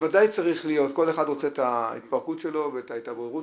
כדי להפוך את זה לרמה של מאות ואלפים --- זה ברור.